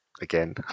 again